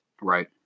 Right